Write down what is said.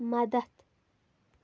مَدتھ